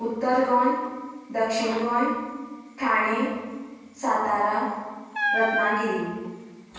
उत्तर गोंय दक्षिण गोंय ठाणे सातारा रत्नागिरी